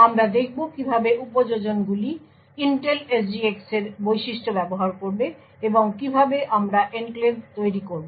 আমরা দেখব কিভাবে উপযোজনগুলি ইন্টেল SGX এর বৈশিষ্ট্য ব্যবহার করবে এবং কিভাবে আমরা এনক্লেভ তৈরি করব